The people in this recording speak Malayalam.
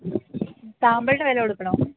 സാമ്പിളിന്റെ വില കൊടുക്കണമോ